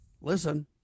listen